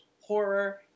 horror